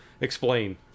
explain